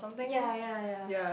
ya ya ya